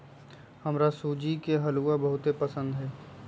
हमरा सूज्ज़ी के हलूआ बहुते पसिन्न हइ